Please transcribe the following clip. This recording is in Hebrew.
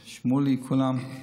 שמולי, כולם.